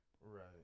Right